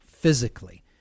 physically